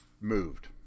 moved